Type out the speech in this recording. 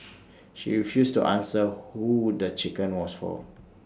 she refused to answer who would the chicken was for